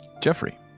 Jeffrey